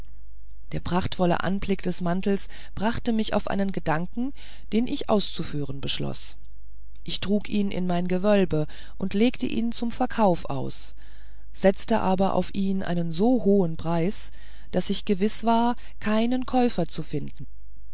der prachtvolle anblick des mantels brachte mich auf einen gedanken den ich auszuführen beschloß ich trug ihn in mein gewölbe und legte ihn zum verkauf aus setzte aber auf ihn einen so hohen preis daß ich gewiß war keinen käufer zu finden